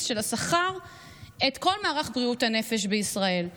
של השכר את כל מערך בריאות הנפש בישראל.